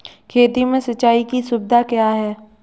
खेती में सिंचाई की सुविधा क्या है?